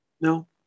No